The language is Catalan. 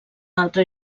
altre